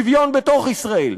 שוויון בתוך ישראל,